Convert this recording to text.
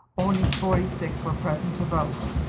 only forty-six were present to vote,